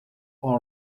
all